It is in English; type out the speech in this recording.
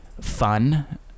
fun